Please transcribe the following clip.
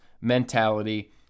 mentality